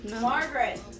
Margaret